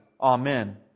Amen